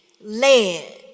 led